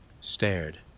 stared